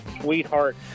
sweetheart